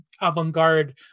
avant-garde